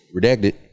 Redacted